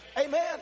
Amen